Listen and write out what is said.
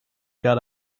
got